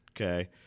okay